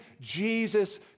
Jesus